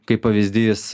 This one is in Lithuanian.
kaip pavyzdys